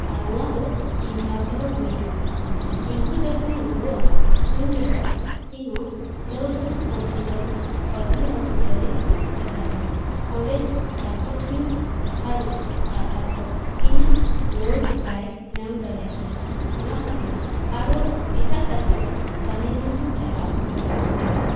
ᱟᱨ ᱱᱚᱣᱟ ᱫᱚ ᱤᱧ ᱥᱟᱶᱛᱮᱦᱚᱸ ᱦᱩᱭᱟᱠᱟᱱᱟ ᱤᱧᱦᱚᱸ ᱡᱚᱠᱷᱚᱱᱤᱧ ᱨᱩᱣᱟᱹᱜᱼᱟ ᱩᱱ ᱡᱚᱠᱷᱮᱡ ᱤᱧᱦᱚᱸ ᱞᱟᱹᱣᱫᱚᱦᱟ ᱦᱚᱥᱯᱤᱴᱟᱞ ᱥᱚᱨᱠᱟᱨᱤ ᱦᱚᱥᱯᱤᱴᱟᱞ ᱨᱮᱧ ᱫᱮᱠᱷᱟᱣ ᱞᱮᱱᱟ ᱚᱸᱰᱮ ᱰᱟᱠᱴᱚᱨ ᱴᱷᱮᱱᱤᱧ ᱫᱮᱠᱷᱟᱣ ᱞᱮᱱᱟ ᱟᱨ ᱰᱟᱠᱴᱚᱨ ᱤᱧᱟᱹᱜ ᱨᱩᱣᱟᱹ ᱵᱟᱭ ᱧᱟᱢ ᱫᱟᱥᱮᱭᱟᱫ ᱛᱤᱧᱟᱹ ᱚᱱᱟ ᱠᱷᱟᱹᱛᱤᱨ ᱟᱨᱚ ᱮᱴᱟᱜ ᱰᱟᱠᱴᱚᱨ ᱨᱟᱱᱤᱜᱚᱧᱡᱽ ᱛᱮᱧ ᱪᱟᱞᱟᱣ ᱮᱱᱟ ᱫᱮᱠᱷᱟᱜ